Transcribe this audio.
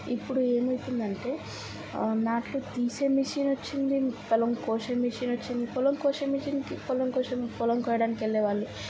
ఇప్పుడు ఏమైపోయిందంటే నాట్లు తీసే మెషిన్ వచ్చింది పొలం కోసే మెషిన్ వచ్చింది పొలం కోసే మెషిన్కి పొలం కోసే పొలం కోయడానికి వెళ్ళేవాళ్ళు